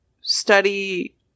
study